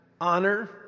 honor